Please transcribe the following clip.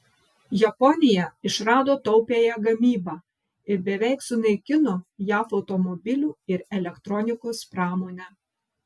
japonija išrado taupiąją gamybą ir beveik sunaikino jav automobilių ir elektronikos pramonę